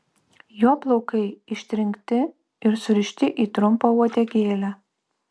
jo plaukai ištrinkti ir surišti į trumpą uodegėlę